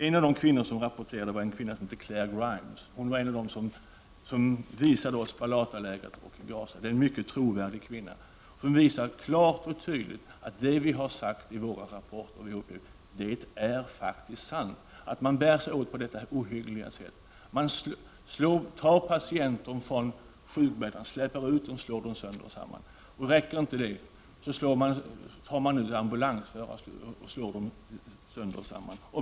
En kvinna som rapporterar därifrån heter Claire Grimes. Hon var en av dem som visades oss Balatalägret och Gaza. Det är en mycket trovärdig kvinna. Det hon vittnar om visar att det vi har sagt i vår rapport faktiskt är sant. Man bär sig åt på detta ohyggliga sätt. Man tar patienter från sjukbäddar, släpar ut dem och slår dem sönder och samman. Räcker inte det slår man ambulansförare sönder och samman.